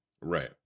Right